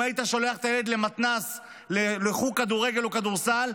אם היית שולח את הילד למתנ"ס לחוג כדורגל או כדורסל,